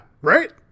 right